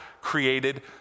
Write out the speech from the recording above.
created